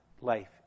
life